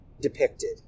depicted